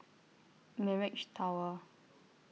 Mirage Tower